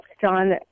John